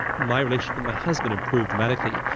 my relationship with my husband improved dramatically.